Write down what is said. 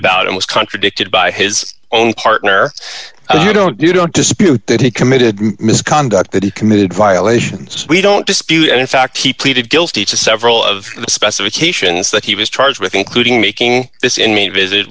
about and was contradicted by his own partner but you don't you don't dispute that he committed misconduct that he committed violations we don't dispute and in fact he pleaded guilty to several of the specifications that he was charged with including making this in a visit